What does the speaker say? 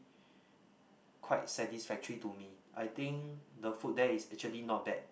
quite satisfactory to me I think the food there is actually not bad